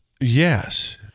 Yes